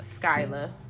Skyla